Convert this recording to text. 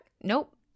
nope